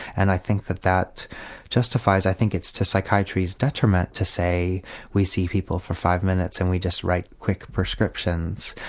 and i think that that justifies, i think it's to psychiatry's detriment to say we see people for five minutes and we just write quick prescriptions.